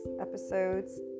Episodes